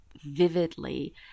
vividly